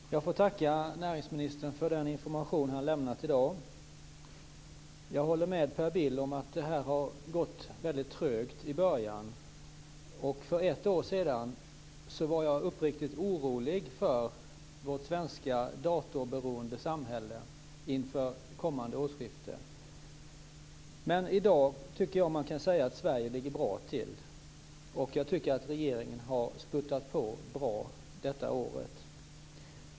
Fru talman! Jag får tacka näringsministern för den information som han har lämnat i dag. Jag håller med Per Bill om att det här gick väldigt trögt i början. För ett år sedan var jag uppriktigt orolig för vårt svenska datorberoende samhälle inför kommande årsskifte. Men i dag tycker jag att man kan säga att Sverige ligger bra till. Jag tycker att regeringen har spurtat bra det här året.